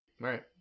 Right